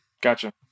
Gotcha